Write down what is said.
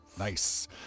Nice